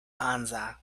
panza